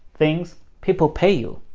things people pay you.